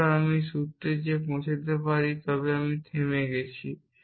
সুতরাং যদি আমি এই সূত্রে পৌঁছাতে পারি তবে আমি থেমে গেছি